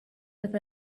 with